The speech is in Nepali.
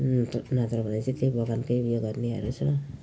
नत्र भने चाहिँ त्यही बगानकै उयो गर्नेहरू छ